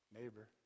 neighbor